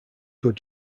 good